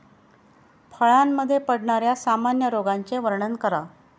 फळांमध्ये पडणाऱ्या सामान्य रोगांचे वर्णन करा